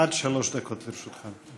עד שלוש דקות לרשותך.